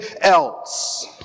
else